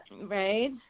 Right